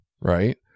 right